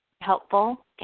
helpful